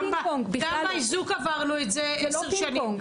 לא פינג פונג -- גם באיזוק עברנו את זה עשר שנים.